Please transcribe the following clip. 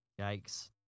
Yikes